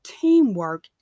teamwork